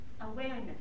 awareness